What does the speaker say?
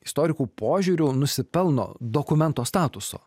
istorikų požiūriu nusipelno dokumento statuso